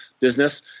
business